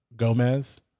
gomez